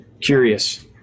curious